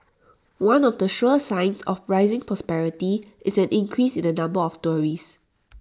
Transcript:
one of the sure signs of rising prosperity is an increase in the number of tourists